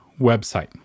website